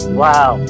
wow